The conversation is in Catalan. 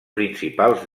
principals